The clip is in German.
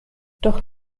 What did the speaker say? doch